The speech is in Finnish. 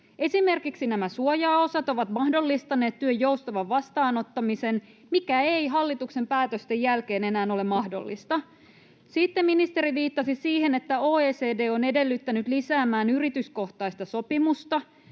Esimerkiksi nämä suojaosat ovat mahdollistaneet työn joustavan vastaanottamisen, mikä ei hallituksen päätösten jälkeen enää ole mahdollista. Sitten ministeri viittasi siihen, että OECD on edellyttänyt yrityskohtaisen sopimisen